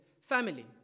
family